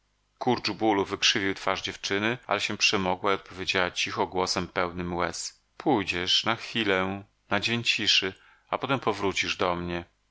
kurcz bólu wykrzywił twarz dziewczyny ale się przemogła i odpowiedziała cicho głosem pełnym łez pójdziesz na chwilę na dzień ciszy potem powrócisz do mnie